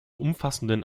umfassenden